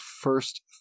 first